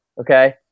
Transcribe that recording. Okay